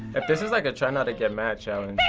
if this is like a try not to get mad challenge, i